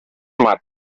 mar